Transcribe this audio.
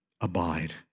abide